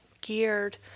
geared